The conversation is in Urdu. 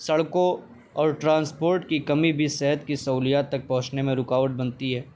سڑکوں اور ٹرانسپورٹ کی کمی بھی صحت کی سہولیات تک پہنچنے میں رکاوٹ بنتی ہے